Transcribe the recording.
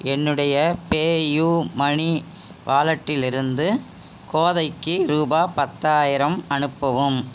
என்னுடைய பேயூமனி வாலட்டிலிருந்து கோதைக்கு ரூபா பத்தாயிரம் அனுப்பவும்